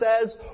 says